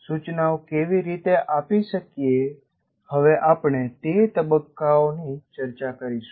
સૂચનાઓ કેવી રીતે આપી શકીએ હવે આપણે તે તબ્બકોઓની ચર્ચા કરીશું